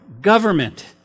Government